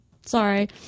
Sorry